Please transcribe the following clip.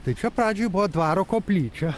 tai čia pradžioj buvo dvaro koplyčia